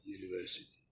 university